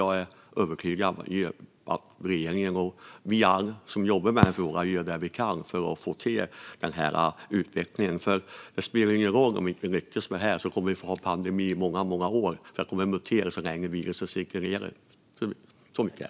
Jag är övertygad om att regeringen och alla vi som jobbar med frågan gör det vi kan för att få till den här utvecklingen. Om vi inte lyckas med det här kommer vi nämligen att ha en pandemi i många, många år, för viruset kommer att mutera så länge det cirkulerar.